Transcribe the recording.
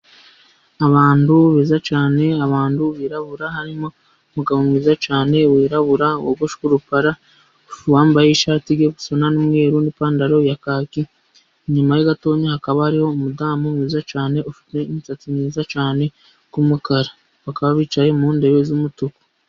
Abantu beza cyane, abantu birabura, harimo umugabo mwiza cyane wirabura, wogoshwe urupara, wambaye ishati igiye gusa n'umweru n'ipantaro ya kaki. Inyuma ye gatoya hakaba hari umudamu mwiza cyane ufite imisatsi myiza cyane y'umukara. Bakaba bicaye mu ntebe z'umutuku.